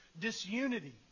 disunity